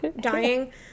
dying